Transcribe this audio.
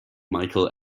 michael